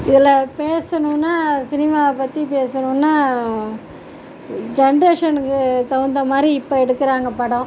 எல்லாம் பேசணும்னா சினிமாவை பற்றி பேசணும்னா ஜெனரேஷனுக்கு தகுந்த மாதிரி இப்போ எடுக்கிறாங்க படம்